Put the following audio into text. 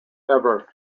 ever